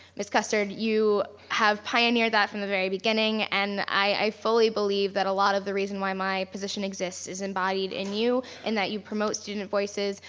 mrs. custard you have pioneered that from the very beginning and i fully believe that a lot of the reason why my position exists is embodied in you and that you promote student voices.